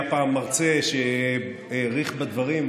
היה פעם מרצה שהאריך בדברים,